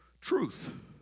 truth